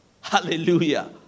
hallelujah